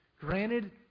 Granted